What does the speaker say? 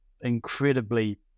incredibly